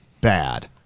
bad